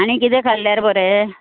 आनी कितें खाल्ल्यार बरें